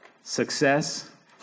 success